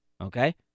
Okay